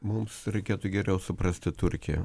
mums reikėtų geriau suprasti turkiją